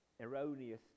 erroneous